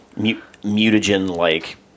mutagen-like